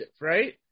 right